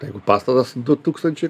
tai jeigu pastatas du tūkstančiai